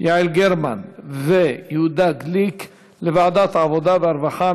יעל גרמן ויהודה גליק, לוועדת העבודה והרווחה.